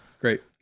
Great